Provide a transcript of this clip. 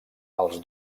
els